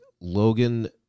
Logan